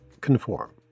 conform